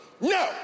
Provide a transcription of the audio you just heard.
no